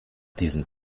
diesen